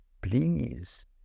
Please